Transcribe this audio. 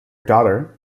daughter